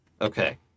Okay